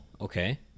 okay